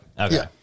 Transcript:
Okay